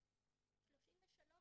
33,